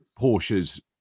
Porsche's